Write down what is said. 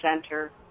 center